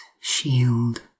shield